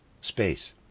space